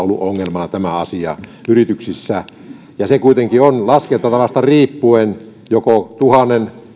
ollut ongelmana tämä asia ja se kuitenkin on laskentatavasta riippuen joko tuhat